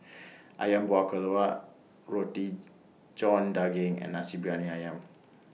Ayam Buah Keluak Roti John Daging and Nasi Briyani Ayam